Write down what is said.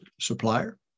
supplier